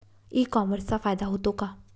E कॉमर्सचा फायदा होतो का?